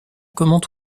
comment